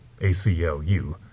ACLU